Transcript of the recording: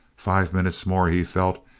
five minutes more, he felt,